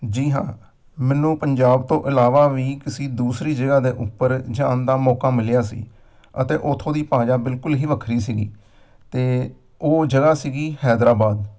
ਜੀ ਹਾਂ ਮੈਨੂੰ ਪੰਜਾਬ ਤੋਂ ਇਲਾਵਾ ਵੀ ਕਿਸੇ ਦੂਸਰੀ ਜਗ੍ਹਾ ਦੇ ਉੱਪਰ ਜਾਣ ਦਾ ਮੌਕਾ ਮਿਲਿਆ ਸੀ ਅਤੇ ਉੱਥੋਂ ਦੀ ਭਾਸ਼ਾ ਬਿਲਕੁਲ ਹੀ ਵੱਖਰੀ ਸੀਗੀ ਅਤੇ ਉਹ ਜਗ੍ਹਾ ਸੀਗੀ ਹੈਦਰਾਬਾਦ